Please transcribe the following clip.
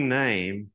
name